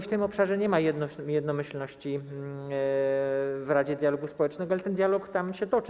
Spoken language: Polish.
W tym obszarze nie ma jednomyślności w Radzie Dialogu Społecznego, ale ten dialog tam się toczy.